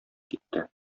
китте